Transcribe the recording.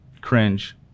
cringe